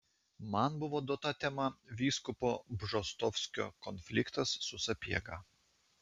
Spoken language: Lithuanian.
man buvo duota tema vyskupo bžostovskio konfliktas su sapiega